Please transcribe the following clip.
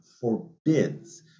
forbids